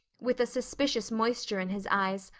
with a suspicious moisture in his eyes,